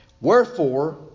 Wherefore